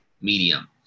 medium